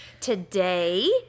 today